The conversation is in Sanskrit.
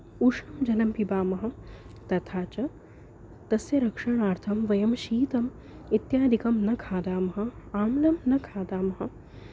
उष्णं जलं पिबामः तथा च तस्य रक्षणार्थं वयं शीतम् इत्यादिकं न खादामः आम्लं न खादामः